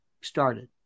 started